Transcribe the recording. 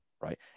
Right